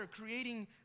creating